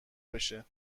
بشه